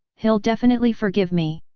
he'll definitely forgive me.